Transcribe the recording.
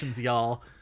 y'all